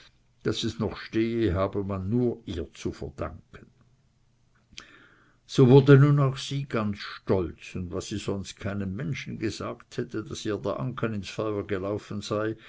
daß es noch stehe habe man nur ihr zu verdanken so wurde nun auch sie ganz stolz was sie sonst keinem menschen gesagt hätte daß ihr der anken ins feuer gelaufen sei